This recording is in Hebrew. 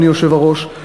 אדוני היושב-ראש,